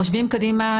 חושבים קדימה,